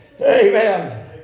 amen